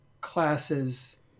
classes